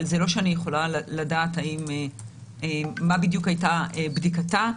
אבל זה לא שאני יכולה לדעת מה בדיוק הייתה בדיקתה,